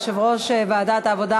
יושב-ראש ועדת העבודה,